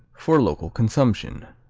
for local consumption.